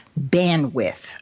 bandwidth